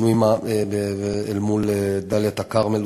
אל מול דאלית-אלכרמל,